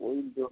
ওই